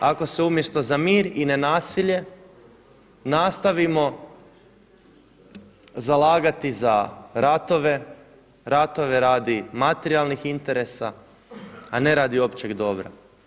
Ako se umjesto za mir i nenasilje nastavimo zalagati za ratove, ratove radi materijalnih interesa, a ne radi općeg dobra.